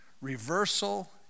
reversal